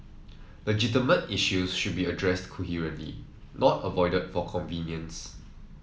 legitimate issues should be addressed coherently not avoided for convenience